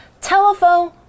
Telephone